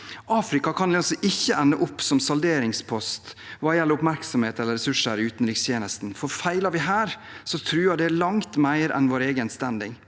Afrika kan ikke ende opp som salderingspost hva gjelder oppmerksomhet eller ressurser i utenrikstjenesten, for feiler vi her, truer det langt mer enn vår egen «standing».